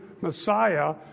Messiah